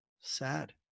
Sad